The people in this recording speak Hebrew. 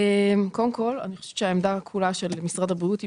קודם כל אני חושבת שהעמדה כולה של משרד הבריאות היא